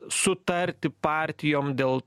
sutarti partijom dėl